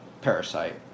parasite